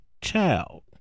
child